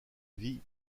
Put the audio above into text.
vie